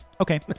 Okay